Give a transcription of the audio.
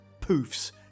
poofs